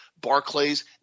Barclays